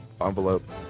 envelope